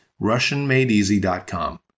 RussianMadeEasy.com